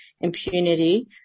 impunity